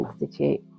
Institute